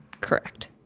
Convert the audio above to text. Correct